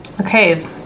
Okay